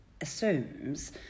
assumes